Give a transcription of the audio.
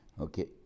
Okay